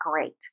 great